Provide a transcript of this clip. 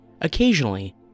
Occasionally